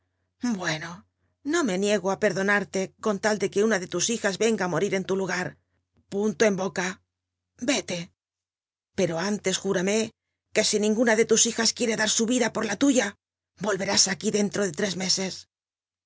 llucno no me niego á perdonarlecon tal de que una de tus hijas venga á morir en tu jugar punto en boca yele pero ánles biblioteca nacional de españa jíuame que si ninguna de tus bijas quiere dar su vida por la luya ro verás aquí dcnllo tres meses